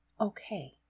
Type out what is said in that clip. okay